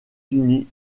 unis